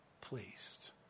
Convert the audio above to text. pleased